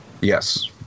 Yes